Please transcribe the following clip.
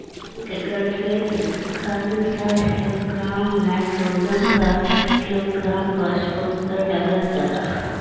एक एकड़ खेत खातिर साठ किलोग्राम नाइट्रोजन साठ किलोग्राम फास्फोरस डालल जाला?